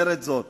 אומר את זאת: